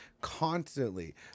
constantly